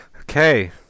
Okay